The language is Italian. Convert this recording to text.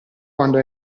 quando